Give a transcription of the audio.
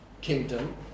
kingdom